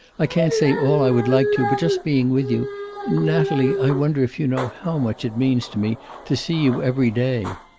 i can't say all i would like to, but just being with you natalie, i wonder if you know how much it means to me to see you every day.